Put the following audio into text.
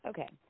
Okay